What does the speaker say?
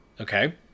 okay